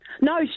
No